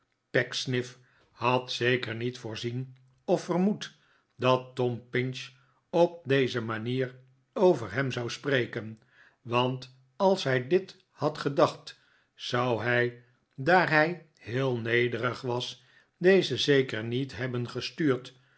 pecksniff had zeker niet voorzien of vermoed dat tom pinch op deze manier over hem zou spreken want als hij dit had gedacht zou hij daar hij heel nederig was dezen zeker niet hebben gestuurd